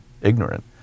ignorant